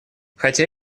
хотя